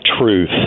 truth